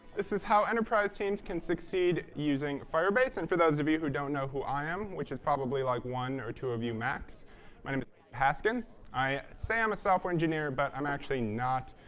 this is how enterprise teams can succeed using firebase. and for those of you who don't know who i am, which is probably like one or two of you max, my name is haskins. i say i'm a software engineer, but i'm actually not.